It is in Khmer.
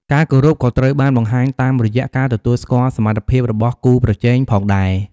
ការគោរពក៏ត្រូវបានបង្ហាញតាមរយៈ ការទទួលស្គាល់សមត្ថភាពរបស់គូប្រជែងផងដែរ។